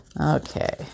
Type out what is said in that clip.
Okay